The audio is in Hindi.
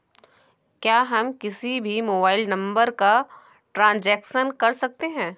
क्या हम किसी भी मोबाइल नंबर का ट्रांजेक्शन कर सकते हैं?